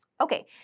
Okay